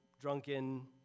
drunken